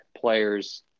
players